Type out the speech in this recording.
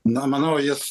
na manau jis